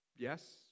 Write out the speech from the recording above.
Yes